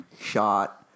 shot